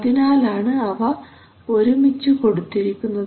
അതിനാലാണ് അവ ഒരുമിച്ചു കൊടുത്തിരിക്കുന്നത്